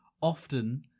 often